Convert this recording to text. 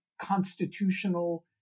constitutional